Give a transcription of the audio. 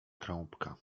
trąbka